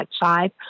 five